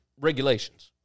regulations